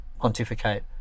pontificate